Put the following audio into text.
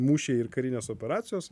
mūšiai ir karinės operacijos